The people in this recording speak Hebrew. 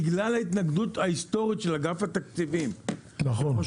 בגלל ההתנגדות ההיסטורית של אגף התקציבים -- נכון.